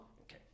Okay